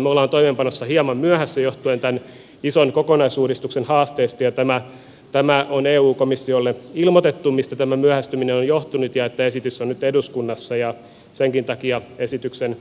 me olemme toimeenpanossa hieman myöhässä johtuen tämän ison kokonaisuudistuksen haasteista ja eu komissiolle on ilmoitettu mistä tämä myöhästyminen on johtunut ja että esitys on nyt eduskunnassa ja senkin takia esityksen